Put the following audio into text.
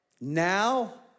Now